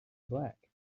black